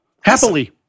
Happily